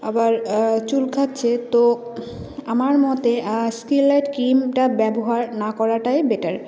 আবার চুলকাচ্ছে তো আমার মতে স্কিনলাইট ক্রিমটা ব্যবহার না করাটাই বেটার